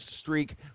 streak